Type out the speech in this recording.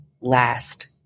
last